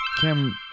Kim